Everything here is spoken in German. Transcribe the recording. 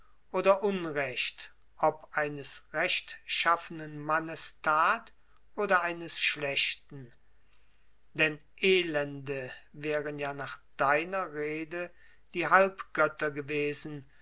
oder unrecht ob eines rechtschaffenen mannes tat oder eines schlechten denn elende wären ja nach deiner rede die halbgötter gewesen